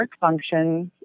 functions